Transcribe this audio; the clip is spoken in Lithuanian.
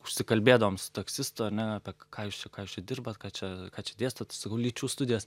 užsikalbėdavom su taksistu ane apie ką jūs čia ką jūs čia dirbat ką čia ką čia dėstot sakau lyčių studijas